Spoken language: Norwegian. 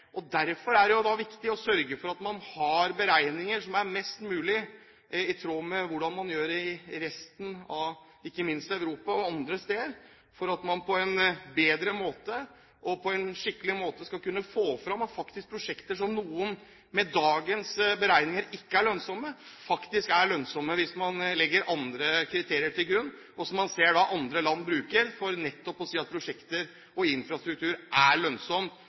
Derfor er det viktig å sørge for at man har beregningsmetoder som er mest mulig i tråd med det man har ikke minst i resten av Europa og andre steder, slik at man på en bedre måte, på en skikkelig måte, skal kunne få fram at prosjekter, som for noen med dagens beregninger ikke er lønnsomme, faktisk er lønnsomme, hvis man legger andre kriterier til grunn, og som man ser andre land bruker, for nettopp å si at prosjekter og infrastrukturinvesteringer er